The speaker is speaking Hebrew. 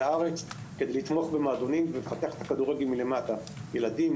הארץ כדי לתמוך במועדונים ולפתח את הכדורגל מלמטה ילדים,